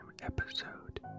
episode